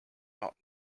not